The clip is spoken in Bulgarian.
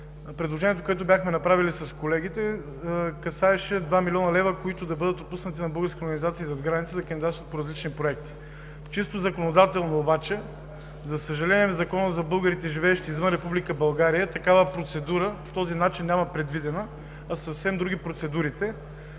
Предложението, което бяхме направили с колегите касаеше 2 млн. лв., които да бъдат отпуснати на българските организации зад граница, за да кандидатстват по различни проекти. Чисто законодателно обаче, за съжаление в Закона за българите, живеещи извън Република България, такава процедура по този начин няма предвидена, а са съвсем други процедурите.